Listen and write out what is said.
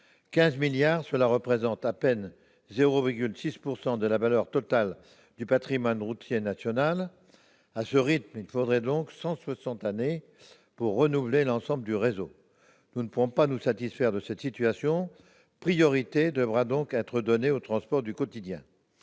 Cette somme représente à peine 0,6 % de la valeur totale du patrimoine routier national. À ce rythme, il faudrait donc cent soixante années pour renouveler l'ensemble du réseau. Nous ne pouvons pas nous satisfaire de cette situation : priorité devra donc être donnée aux transports du quotidien.